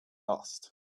lost